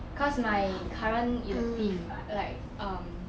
cause my current elective like um